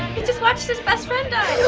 he just watched his best friend die.